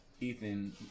Ethan